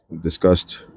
discussed